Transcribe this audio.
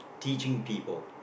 teaching people